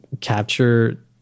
capture